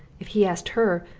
if he asked her,